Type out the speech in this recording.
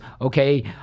okay